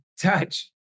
touch